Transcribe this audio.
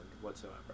whatsoever